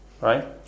Right